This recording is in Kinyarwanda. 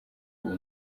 uwo